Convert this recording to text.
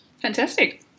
fantastic